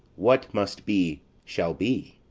what must be shall be.